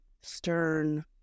stern